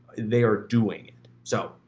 they are doing it. so,